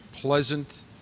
pleasant